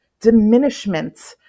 diminishment